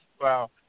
wow